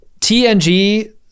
TNG